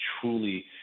truly